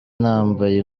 nambaye